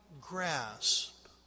grasp